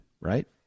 right